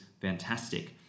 fantastic